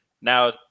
Now